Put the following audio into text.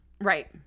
right